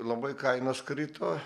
labai kainos krito